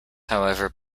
however